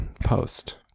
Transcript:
post